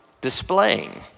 displaying